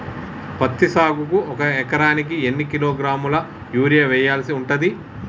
పత్తి సాగుకు ఒక ఎకరానికి ఎన్ని కిలోగ్రాముల యూరియా వెయ్యాల్సి ఉంటది?